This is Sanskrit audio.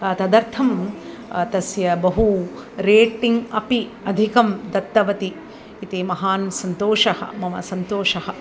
त तदर्थं तस्य बहु रेटिङ् अपि अधिकं दत्तवती इति महान् सन्तोषः मम सन्तोषः